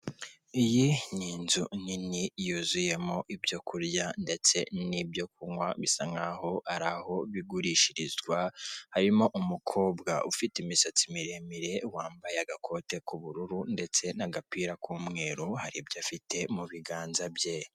Iyi ni inzu nini yuzuyemo ibyo kurya ndetse n'ibyo kunywa bisa nk'aho ari aho bigurishirizwa. Harimo umukobwa ufite imisatsi miremire wambaye agakote k'ubururu ndetse n'agapira k'umweru, hari ibyo afite mu biganza bye.